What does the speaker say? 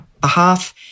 behalf